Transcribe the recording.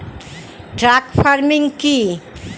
Truck farming কি?